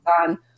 on